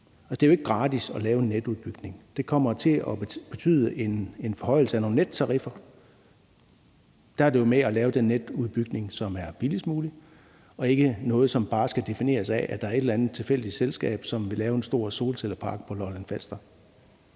Det er jo ikke gratis at lave en netudbygning. Det kommer til at betyde en forhøjelse af nogle nettariffer. Der er det jo med at lave den netudbygning, som er billigst muligt og ikke noget, som bare skal defineres af, at der er et eller andet tilfældigt selskab, som vil lave en stor solcellepark på Lolland-Falster.